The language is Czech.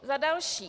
Za další.